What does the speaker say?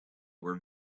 were